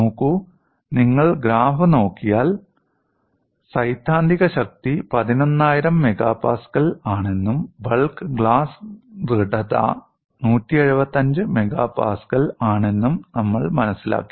നോക്കൂ നിങ്ങൾ ഗ്രാഫ് നോക്കിയാൽ സൈദ്ധാന്തിക ശക്തി 11000 MPa ആണെന്നും ബൾക്ക് ഗ്ലാസ് ദൃഢത 175 MPa ആണെന്നും നമ്മൾ മനസ്സിലാക്കി